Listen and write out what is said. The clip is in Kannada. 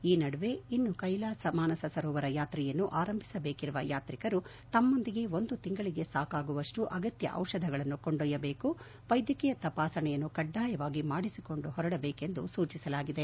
ಈ ನಡುವೆ ಇನ್ನು ಕೈಲಾಸ ಮಾನಸ ಸರೋವರ ಯಾತೆಯನ್ನು ಆರಂಭಿಸಬೇಕಿರುವ ಯಾತ್ರಿಕರು ತಮ್ಮೊಂದಿಗೆ ಒಂದು ತಿಂಗಳಿಗೆ ಸಾಕಾಗುವಷ್ನು ಅಗತ್ಯ ಔಷಧಗಳನ್ನು ಕೊಂಡೊಯ್ಯಬೇಕು ವೈದ್ಯಕೀಯ ತಪಾಸಣೆಯನ್ನು ಕಡ್ಲಾಯವಾಗಿ ಮಾಡಿಸಿಕೊಂಡು ಹೊರಡಬೇಕೆಂದು ಸೂಚಿಸಲಾಗಿದೆ